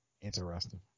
Interesting